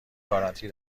گارانتی